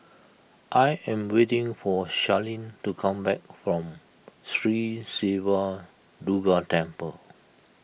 I am waiting for Charlene to come back from Sri Siva Durga Temple